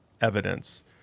evidence